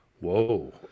Whoa